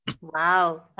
wow